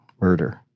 murder